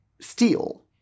steal